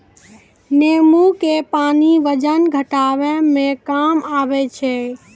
नेंबू के पानी वजन घटाबै मे काम आबै छै